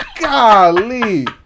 Golly